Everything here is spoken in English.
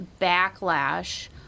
backlash